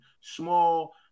small